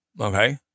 okay